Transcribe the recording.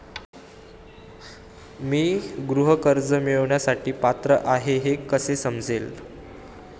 मी गृह कर्ज मिळवण्यासाठी पात्र आहे का हे कसे समजेल?